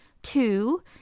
Two